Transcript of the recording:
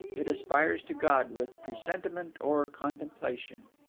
it aspires to god with presentiment or contemplation.